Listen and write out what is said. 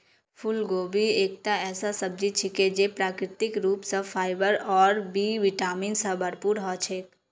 फूलगोभी एकता ऐसा सब्जी छिके जे प्राकृतिक रूप स फाइबर और बी विटामिन स भरपूर ह छेक